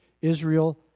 Israel